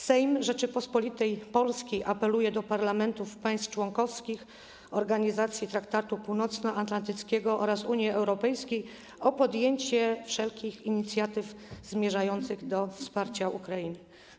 Sejm Rzeczypospolitej Polskiej apeluje do parlamentów państw członkowskich Organizacji Traktatu Północnoatlantyckiego oraz Unii Europejskiej o podjęcie wszelkich inicjatyw zmierzających do wsparcia Ukrainy”